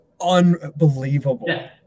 Unbelievable